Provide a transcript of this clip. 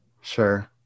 Sure